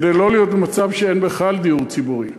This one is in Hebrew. כדי לא להיות במצב שאין בכלל דיור ציבורי,